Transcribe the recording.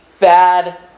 bad